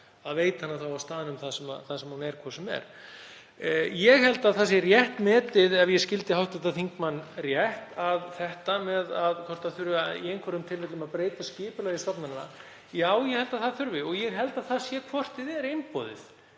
að veita hana á staðnum þar sem hún er hvort sem er. Ég held að það sé rétt metið, ef ég skildi hv. þingmann rétt, hvort það þurfi í einhverjum tilfellum að breyta skipulagi stofnananna. Já, ég held að það þurfi. Ég held að það sé hvort eð er einboðið